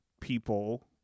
people